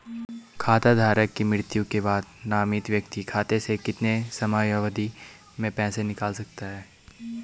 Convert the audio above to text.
खाता धारक की मृत्यु के बाद नामित व्यक्ति खाते से कितने समयावधि में पैसे निकाल सकता है?